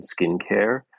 skincare